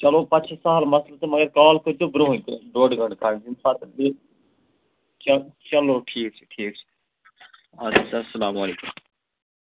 چلو پَتہٕ چھِ سَہَل مَسلہٕ تہٕ مگر کال کٔرۍ زیو برٛونٛہٕے ڈۄڈ گٲنٛٹہٕ کھنٛڈ ییٚمۍ ساتہٕ یہِ چلو چلو ٹھیٖک چھُ ٹھیٖک چھُ اَدٕ حظ اسلام علیکُم